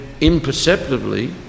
imperceptibly